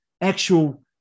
actual